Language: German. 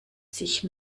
sich